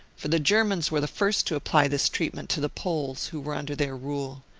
for the germans were the first to apply this treatment to the poles, who were under their rule.